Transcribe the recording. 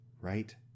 right